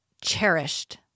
cherished